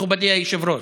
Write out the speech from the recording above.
מכובדי היושב-ראש,